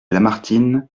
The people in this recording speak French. lamartine